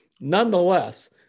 Nonetheless